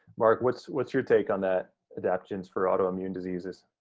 mark, what's, what's your take on that, adaptogens for autoimmune diseases?